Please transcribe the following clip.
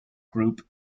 group